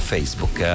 Facebook